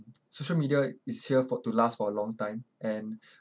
social media is here for to last for a long time and